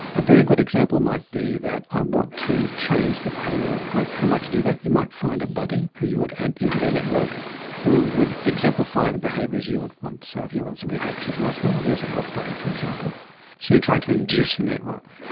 a very good example might be that i want to change the behaviour of a group. how might you do that? you might find a buddy who you would add into that network who would exemplify the behaviours you would want. so if you want somebody to exercise more, here's a health buddy, for example. so you're trying to induce a network.